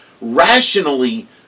rationally